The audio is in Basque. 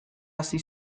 hasi